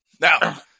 Now